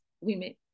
women